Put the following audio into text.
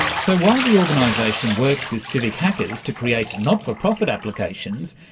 so while the organisation works with civic hackers to create not-for-profit applications,